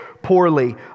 Poorly